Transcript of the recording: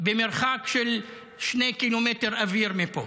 במרחק של שני קילומטר אוויר מפה.